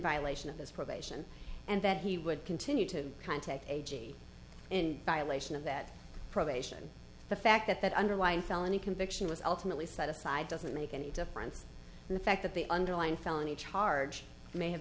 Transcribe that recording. violation of this probation and that he would continue to contact a g in violation of that probation the fact that that underlying felony conviction was ultimately set aside doesn't make any difference in the fact that the underlying felony charge may have